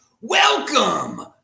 Welcome